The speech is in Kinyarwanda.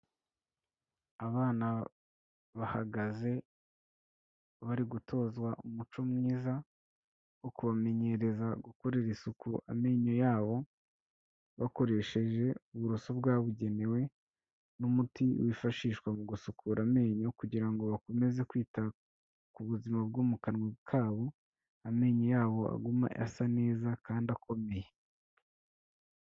Abana bahagaze bari gutozwa umuco mwiza wo kubamenyereza gukorera isuku amenyo yabo, bakoresheje uburoso bwabugenewe n'umuti wifashishwa mu gusukura amenyo kugira ngo bakomeze kwita ku buzima bwo mu kanwa kabo, amenyo yabo agume asa neza kandi akomeye.